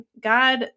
God